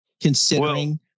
considering